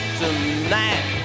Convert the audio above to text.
tonight